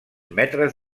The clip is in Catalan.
metres